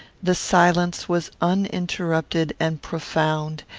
the silence was uninterrupted and profound,